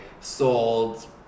sold